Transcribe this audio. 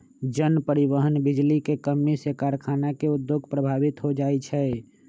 जन, परिवहन, बिजली के कम्मी से कारखाना के उद्योग प्रभावित हो जाइ छै